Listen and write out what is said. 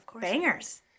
bangers